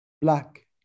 black